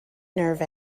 nerve